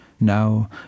now